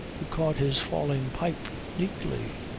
he caught his falling pipe neatly.